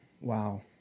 Wow